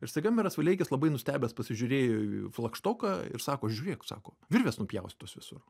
ir staiga meras valeikis labai nustebęs pasižiūrėjo į flagštoką ir sako žiūrėk sako virvės nupjaustytos visur